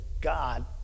God